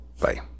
Bye